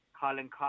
Colin